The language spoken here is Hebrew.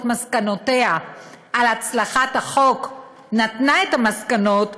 מסקנותיה על הצלחת החוק נתנה את המסקנות,